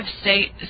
state